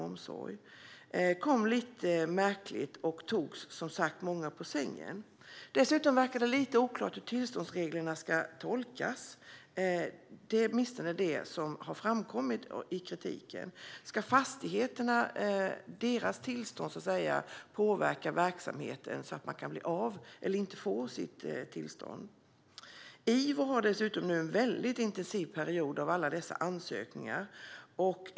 Det kom lite märkligt, och många togs som sagt på sängen av detta. Hur tillståndsreglerna ska tolkas verkar dessutom lite oklart. Det har åtminstone framkommit i kritiken. Ska skicket på fastigheterna påverka verksamheten, så att den kan bli av med eller inte få sitt tillstånd? IVO har dessutom en intensiv period nu, på grund av alla dessa ansökningar.